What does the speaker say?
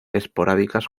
esporádicas